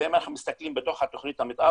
ואם אנחנו מסתכלים בתוך תוכנית המתאר